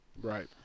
Right